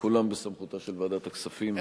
כולם בסמכותה של ועדת הכספים,